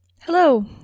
Hello